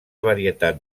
varietat